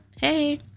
hey